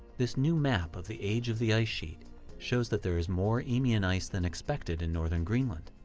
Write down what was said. this new map of the age of the ice sheet shows that there is more eemian ice than expected in northern greenland,